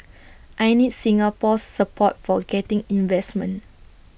I need Singapore's support for getting investment